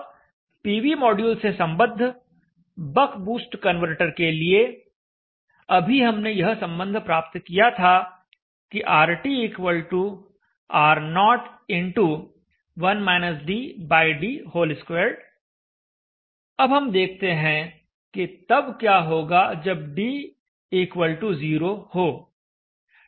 अब PV module से सम्बद्ध बक बूस्ट कन्वर्टर के लिए अभी हमने यह संबंध प्राप्त किया था कि RTR0x1-dd2 अब हम देखते हैं कि तब क्या होगा जब d 0 हो